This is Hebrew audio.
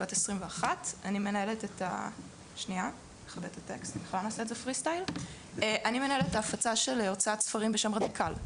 אני מנהלת את ההפצה של הוצאת ספרים בשם "רדיקל".